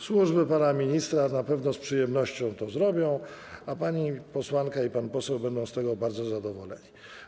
Służby pana ministra na pewno z przyjemnością to zrobią, a pani posłanka i pan poseł będą z tego bardzo zadowoleni.